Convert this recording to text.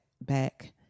back